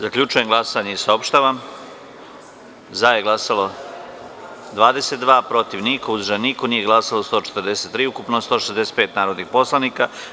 Zaključujem glasanje i saopštavam: za - 22, protiv – niko, uzdržanih – nema, nije glasalo 143 od ukupno prisutnih 165 narodnih poslanika.